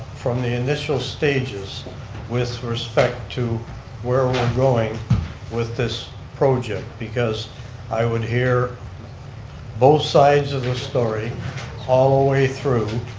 from the initial stages with respect to where we're going with this project because i would hear both sides of the story all the ah way through,